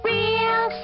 Real